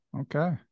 Okay